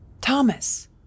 Thomas